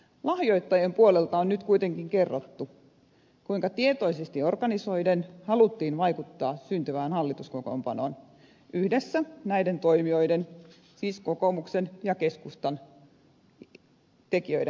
lahjoittajien puolelta on nyt kuitenkin kerrottu kuinka tietoisesti organisoiden haluttiin vaikuttaa syntyvään hallituskokoonpanoon yhdessä näiden toimijoiden siis kokoomuksen ja keskustan tekijöiden kanssa